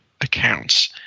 accounts